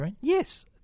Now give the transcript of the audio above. Yes